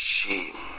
shame